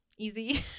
easy